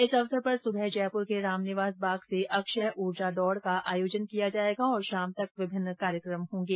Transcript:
इस अवसर पर सुबह जयपुर के रामनिवास बाग से अक्षय ऊर्जा दौड़ का आयोजन किया जाएगा और शाम तक विभिन्न कार्यक्रम होंगे